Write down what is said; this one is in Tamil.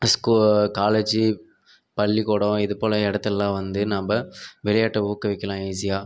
ஸ்கூல் காலேஜ் பள்ளிக்கூடம் இதுபோல் இடத்துலலாம் வந்து நாம்ப விளையாட்ட ஊக்குவிக்கலாம் ஈஸியாக